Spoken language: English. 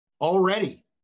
already